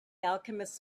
alchemist